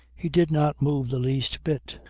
he did not move the least bit.